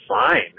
fine